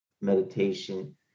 meditation